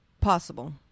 possible